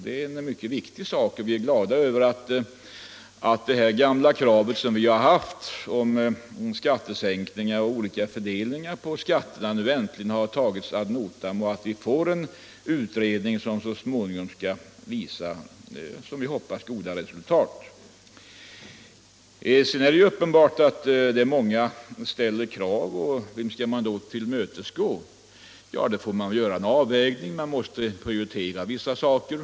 | Det är en mycket viktig sak, och vi är glada över att det gamla kravet som vi haft om skattesänkningar och olika fördelning på skatterna nu 113 äntligen tagits ad notam och att det sker en utredning som så småningom skall visa, som vi hoppas, goda resultat. Det är uppenbart att många ställer krav. Vem skall man då tillmötesgå? Ja, man får göra en avvägning - man måste prioritera vissa saker.